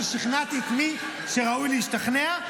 שכנעתי את מי שראוי להשתכנע,